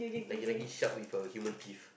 like a lagi shark with a human teeth